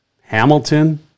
Hamilton